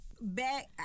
back